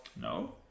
No